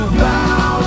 bow